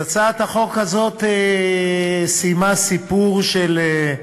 הצעת החוק הזאת סיימה סיפור של,